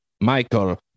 Michael